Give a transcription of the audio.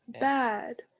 bad